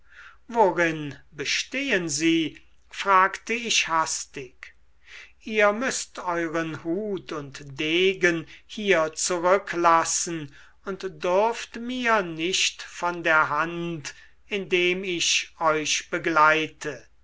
worin bestehen sie fragte ich hastig ihr müßt euren hut und degen hier zurücklassen und dürft mir nicht von der hand indem ich euch begleite